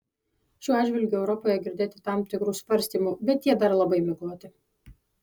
šiuo atžvilgiu europoje girdėti tam tikrų svarstymų bet jie dar labai migloti